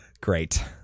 Great